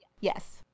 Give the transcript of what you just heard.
Yes